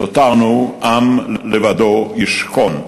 נותרנו עם לבדו ישכון,